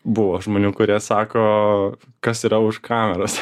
buvo žmonių kurie sako kas yra už kameros